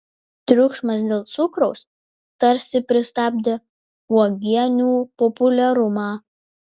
triukšmas dėl cukraus tarsi pristabdė uogienių populiarumą